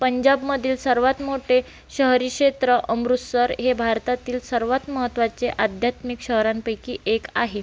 पंजाबमधील सर्वात मोठे शहरी क्षेत्र अमृतसर हे भारतातील सर्वात महत्त्वाचे आध्यात्मिक शहरांपैकी एक आहे